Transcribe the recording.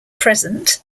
present